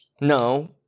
No